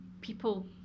people